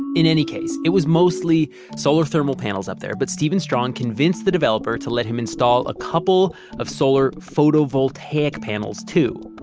in any case, it was mostly solar thermal panels up there, but steven strong convinced the developer to let him install a couple of solar photovoltaic panels too.